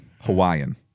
Hawaiian